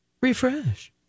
Refresh